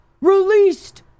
released